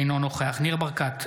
אינו נוכח ניר ברקת,